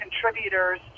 contributors